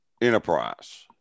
enterprise